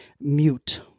Mute